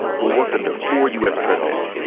who worked under four us presidents,